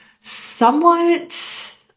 somewhat